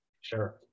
Sure